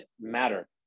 matter